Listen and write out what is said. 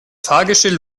fahrgestell